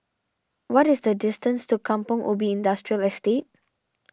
what is the distance to Kampong Ubi Industrial Estate